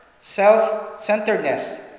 Self-centeredness